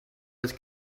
het